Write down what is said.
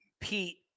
Pete